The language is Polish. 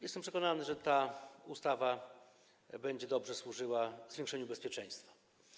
Jestem przekonany, że ta ustawa będzie dobrze służyła zwiększeniu bezpieczeństwa.